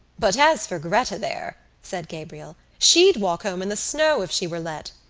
but as for gretta there, said gabriel, she'd walk home in the snow if she were let.